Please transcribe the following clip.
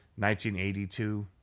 1982